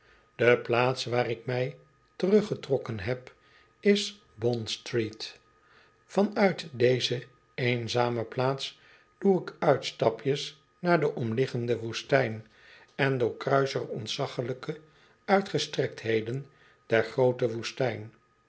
de plaats waar ik mij teruggetrokken heb is bond-street yan uit deze eenzame plaats doe ik uitstapjes naar de omliggende woestijn en doorkruis er ontzaglijke uitgestrektheden der g roote woestijn